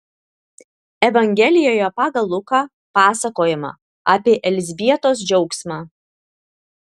evangelijoje pagal luką pasakojama apie elzbietos džiaugsmą